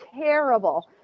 terrible